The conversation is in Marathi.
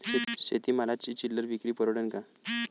शेती मालाची चिल्लर विक्री परवडन का?